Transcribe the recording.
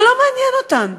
זה לא מעניין אותן.